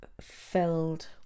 filled